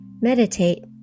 meditate